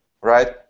right